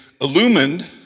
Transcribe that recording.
illumined